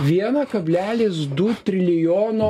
vieną kablelį du trilijono